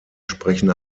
sprechen